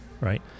Right